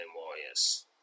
warriors